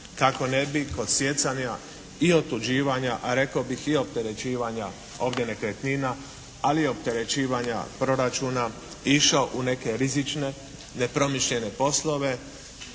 kako ne bi kod stjecanja i otuđivanja, a rekao bih i opterećivanja ovdje nekretnina, ali opterećivanja proračuna išao u neke rizične nepromišljene poslove